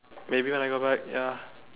maybe when I go back ya